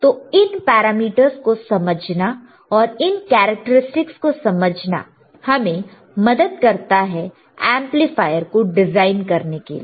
तो इन पैरामीटर्स को समझना और इन कैरेक्टरिस्टिक को समझना हमें मदद करता है एंपलीफायर को डिजाइन करने के लिए